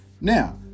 Now